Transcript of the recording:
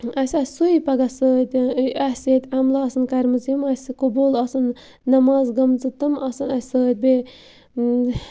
اَسہِ آسہِ سُے پَگاہ سۭتۍ اَسہِ ییٚتہِ عملہٕ آسَن کَرِمَژٕ یِم اَسہِ قبوٗل آسَن نٮ۪ماز گٔمژٕ تِم آسَن اَسہِ سۭتۍ بیٚیہِ